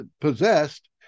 possessed